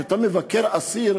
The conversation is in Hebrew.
כשאתה מבקר אסיר,